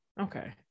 Okay